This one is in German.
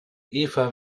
eva